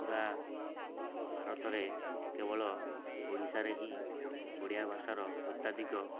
ପୁରା ଭାରତରେ କେବଳ ଓଡ଼ିଶାରେ ହିଁ ଓଡ଼ିଆ ଭାଷାର ଅତ୍ୟାଧିକ